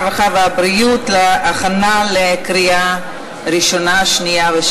הרווחה והבריאות להכנה לקריאה ראשונה,